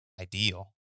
ideal